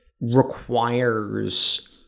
requires